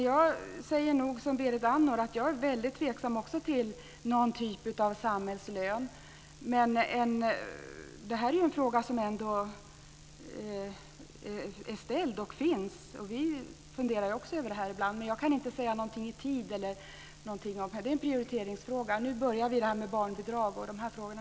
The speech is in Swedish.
Jag säger ändå, som Berit Andnor, att jag är väldigt tveksam till någon typ av samhällslön. Det här är en fråga som är ställd. Vi funderar också över den ibland, men jag kan inte säga någonting om tiden. Det är en prioriteringsfråga. Vi börjar med barnbidraget och de frågorna.